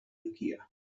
nokia